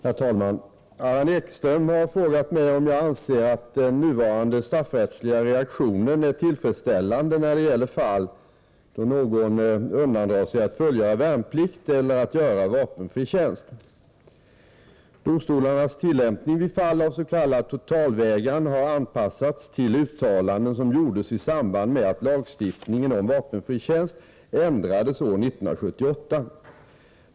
Herr talman! Allan Ekström har frågat mig om jag anser att den nuvarande straffrättsliga reaktionen är tillfredsställande när det gäller fall då någon undandrar sig att fullgöra värnplikt eller att göra vapenfri tjänst. Domstolarnas rättstillämpning vid fall avs.k. totalvägran har anpassats till uttalanden som gjordes i samband med att lagstiftningen om vapenfri tjänst ändrades år 1978.